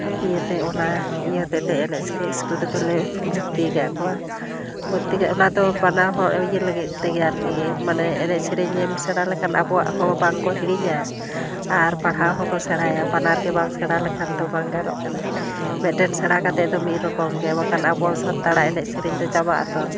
ᱤᱭᱟᱹᱛᱮ ᱚᱱᱟ ᱤᱭᱟᱹᱛᱮ ᱮᱱᱮᱡ ᱥᱮᱨᱮᱧ ᱤᱥᱠᱩᱞ ᱨᱮᱫᱚᱞᱮ ᱵᱷᱚᱛᱛᱤ ᱟᱠᱟᱫ ᱠᱚᱣᱟ ᱚᱱᱟ ᱫᱚ ᱵᱟᱱᱟ ᱦᱚᱲ ᱤᱭᱟᱹ ᱞᱟᱹᱜᱤᱫ ᱛᱮᱜᱮ ᱟᱨᱠᱤ ᱢᱟᱱᱮ ᱮᱱᱮᱡ ᱥᱮᱨᱮᱧᱮᱢ ᱥᱮᱲᱟ ᱞᱮᱠᱷᱟᱱ ᱟᱵᱚᱣᱟᱜ ᱦᱚᱸ ᱵᱟᱝ ᱠᱚ ᱦᱤᱲᱤᱧᱟ ᱟᱨ ᱯᱟᱲᱦᱟᱣ ᱦᱚᱸᱠᱚ ᱥᱮᱬᱟᱭᱟ ᱵᱟᱱᱟᱨ ᱜᱮ ᱵᱟᱝ ᱥᱮᱬᱟ ᱞᱮᱠᱷᱟᱱ ᱫᱚ ᱵᱟᱝ ᱜᱟᱱᱚᱜ ᱠᱟᱱᱟ ᱢᱤᱫᱴᱮᱱ ᱥᱮᱬᱟ ᱠᱟᱛᱮᱫ ᱫᱚ ᱢᱤᱫ ᱨᱚᱠᱚᱢ ᱜᱮ ᱵᱟᱠᱷᱟᱱ ᱟᱵᱚ ᱥᱟᱱᱛᱟᱲᱟᱜ ᱮᱱᱮᱡ ᱥᱮᱨᱮᱧ ᱫᱚ ᱪᱟᱵᱟᱜ ᱟᱛᱚ